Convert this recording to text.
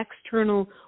external